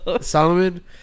Solomon